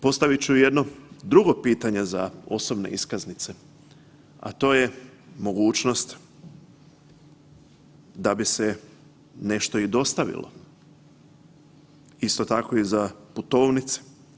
Postavit ću ijedno drugo pitanje za osobne iskaznice, a to je mogućnost da bi se nešto i dostavilo, isto tako i za putovnice.